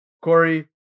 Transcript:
Corey